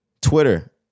Twitter